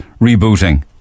rebooting